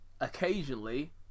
occasionally